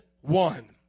one